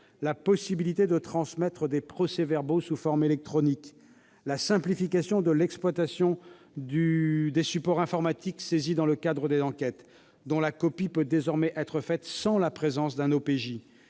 la possibilité de transmettre des procès-verbaux sous forme électronique ; la simplification de l'exploitation des supports informatiques saisis au cours de l'enquête, dont la copie peut désormais être faite sans la présence d'un OPJ